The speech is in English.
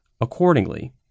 accordingly